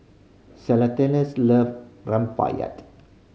love